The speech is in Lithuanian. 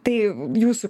tai jūsų